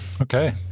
Okay